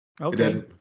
Okay